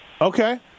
Okay